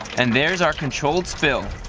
and there's our controlled spill.